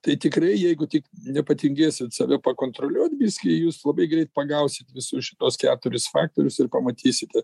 tai tikrai jeigu tik nepatingėsit save pakontroliuot biski jūs labai greit pagausit visus šituos keturis faktorius ir pamatysite